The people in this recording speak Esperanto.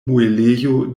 muelejo